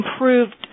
improved